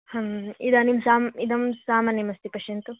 इदानीं साम् इदं सामान्यमस्ति पश्यन्तु